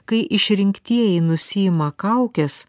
kai išrinktieji nusiima kaukes